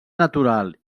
natural